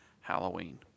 Halloween